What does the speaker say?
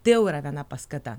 tai jau yra viena paskata